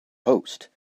host